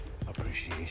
appreciation